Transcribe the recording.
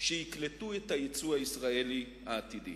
שיקלטו את היצוא הישראלי העתידי?